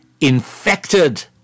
infected